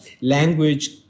language